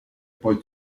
poi